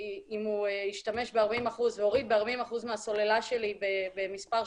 אם הוא השתמש ב-40% והוריד ב-40% מהסוללה שלי במספר שעות,